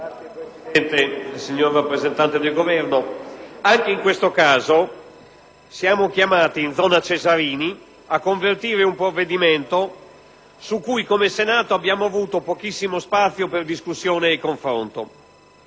Signora Presidente, signori rappresentanti del Governo, anche in questo caso siamo chiamati in «zona Cesarini» a convertire un provvedimento, su cui, come Senato, abbiamo avuto pochissimo spazio per discussione e confronto.